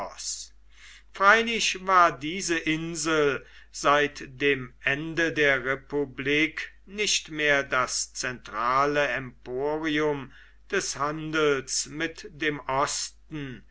freilich war diese insel seit dem ende der republik nicht mehr das zentrale emporium des handels mit dem osten